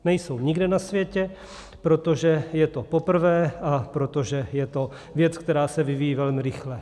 Nejsou nikde na světě, protože je to poprvé a protože je to věc, která se vyvíjí velmi rychle.